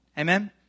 Amen